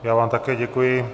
Já vám také děkuji.